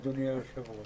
אדוני היושב ראש,